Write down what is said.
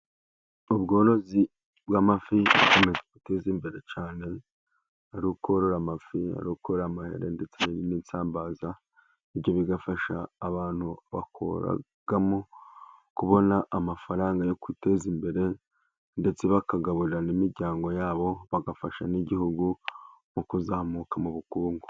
Ubworozi bw'amafi bukomeje guteza imbere cyane, ari korora amafi, ari ukorora amahera, ndetse n'insambaza, ibyo bigafasha abantu bakoramo kubona amafaranga yo kwiteza imbere, ndetse bakagaburira n'imiryango yabo, bagafasha n'igihugu mu kuzamuka mu bukungu.